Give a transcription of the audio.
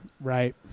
Right